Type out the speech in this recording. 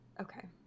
Okay